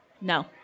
No